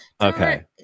Okay